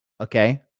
Okay